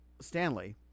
Stanley